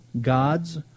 gods